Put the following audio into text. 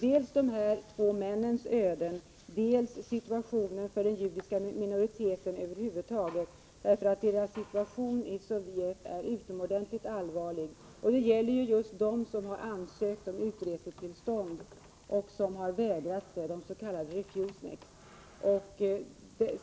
dels dessa två mäns öden, dels situationen för den judiska minoriteten över huvud taget, eftersom deras situation i Sovjet är utomordentligt allvarlig. Det gäller just den som har ansökt om utresetillstånd och som har vägrats det, de s.k. refusniks.